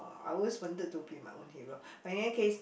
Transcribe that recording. I always wanted to be my own hero but in any case